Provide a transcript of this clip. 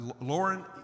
Lauren